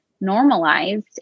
normalized